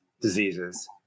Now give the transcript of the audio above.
diseases